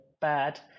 bad